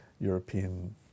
European